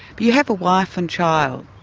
you have a wife and child.